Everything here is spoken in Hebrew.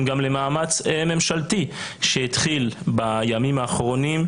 גם למאמץ ממשלתי שהתחיל בימים האחרונים,